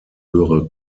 höhere